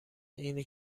اینه